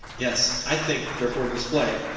yes, i think they're for display.